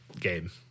game